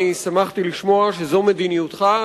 אני שמחתי לשמוע שזו מדיניותך,